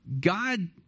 God